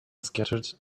scattered